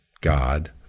God